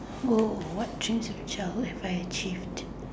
no what dreams in childhood have I achieved